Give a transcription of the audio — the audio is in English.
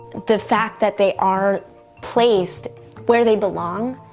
the fact that they are placed where they belong,